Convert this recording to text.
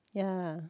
ya